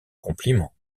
compliment